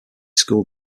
school